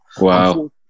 wow